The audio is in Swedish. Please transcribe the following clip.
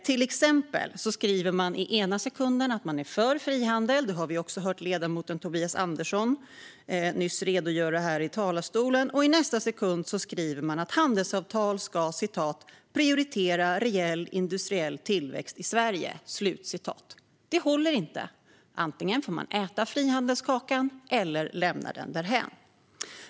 Man skriver till exempel i ena sekunden att man är för frihandel - det har vi också nyss hört ledamoten Tobias Andersson redogöra för här i talarstolen - och i nästa sekund att handelsavtal ska "prioritera reell industriell tillväxt i Sverige". Detta håller inte. Man får antingen äta frihandelskakan eller lämna den därhän.